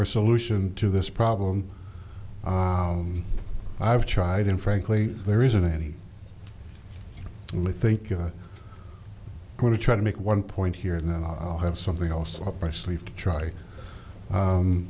or solution to this problem i've tried and frankly there isn't any and we think it going to try to make one point here and then i'll have something else up my sleeve to try